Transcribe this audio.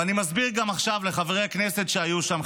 ואני מסביר גם עכשיו לחברי הכנסת שהיו שם,